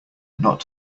not